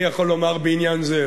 אני יכול לומר בעניין זה,